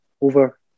over